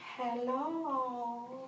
Hello